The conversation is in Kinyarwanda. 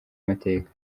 mateka